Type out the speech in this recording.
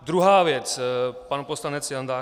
Druhá věc pan poslanec Jandák.